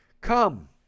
Come